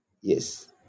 Yes